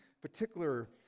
particular